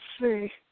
see